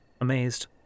Amazed